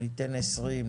ניתן 20,